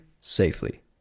safely